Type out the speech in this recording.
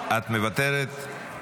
את מוותרת?